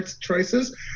choices